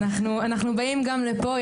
אנחנו באים גם לפה,